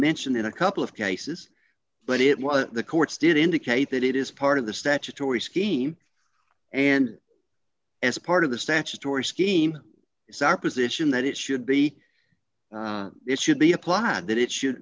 mentioned in a couple of cases but it was the courts did indicate that it is part of the statutory scheme and as part of the statutory scheme it's our position that it should be it should be applied that it should